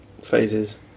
phases